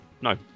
No